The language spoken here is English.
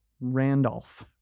randolph